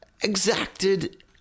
exacted